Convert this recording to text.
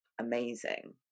amazing